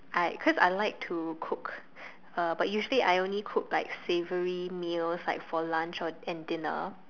I cause I like to cook uh but usually I only cook like savoury meals like for lunch or and dinner